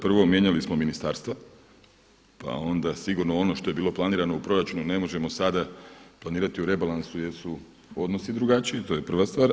Prvo mijenjali smo ministarstva pa onda sigurno ono što je bilo planirano u proračunu ne možemo sada planirati u rebalansu jer su odnosi drugačiji, to je prva stvar.